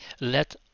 Let